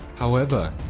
however,